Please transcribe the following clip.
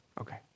okay